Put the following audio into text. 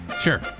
Sure